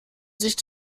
sich